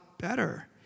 better